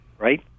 Right